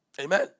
Amen